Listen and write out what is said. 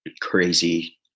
crazy